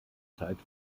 zeit